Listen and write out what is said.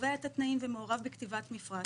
קובע את התנאים ומעורב בכתיבת מפרט.